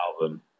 album